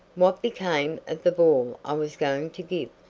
what became of the ball i was going to give?